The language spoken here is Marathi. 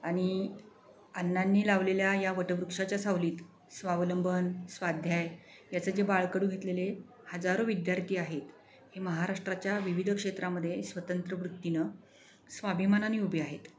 आणि अण्णांनी लावलेल्या या वटवृक्षाच्या सावलीत स्वावलंबन स्वाध्याय याचं जे बाळकडू घेतलेले हजारो विद्यार्थी आहेत हे महाराष्ट्राच्या विविध क्षेत्रामध्ये स्वतंत्र वृत्तीनं स्वाभिमानाने उभे आहेत